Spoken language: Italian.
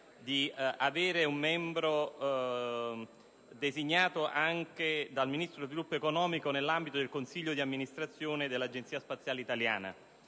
di avere un membro designato anche dal Ministro dello sviluppo economico nell'ambito del Consiglio di amministrazione dell'Agenzia spaziale italiana.